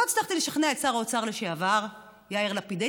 לא הצלחתי לשכנע את שר האוצר לשעבר יאיר לפיד.